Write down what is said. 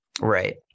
Right